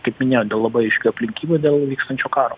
kaip minėjau dėl labai aiškią aplinkybių dėl vykstančio karo